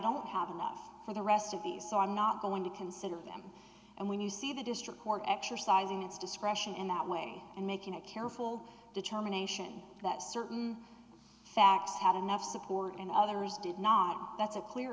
don't have enough for the rest of these so i'm not going to consider them and when you see the district court exercising its discretion in that way and making a careful determination that certain facts have enough support and others did not that's a clear